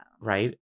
right